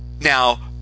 Now